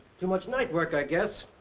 too much night work, i guess.